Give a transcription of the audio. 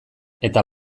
eta